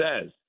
says